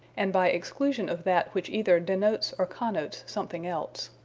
and by exclusion of that which either denotes or connotes something else.